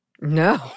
No